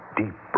deep